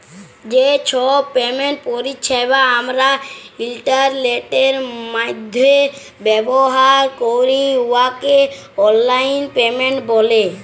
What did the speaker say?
যে ছব পেমেন্ট পরিছেবা আমরা ইলটারলেটের মাইধ্যমে ব্যাভার ক্যরি উয়াকে অললাইল পেমেল্ট ব্যলে